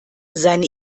seine